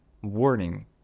Warning